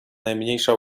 najmniejsza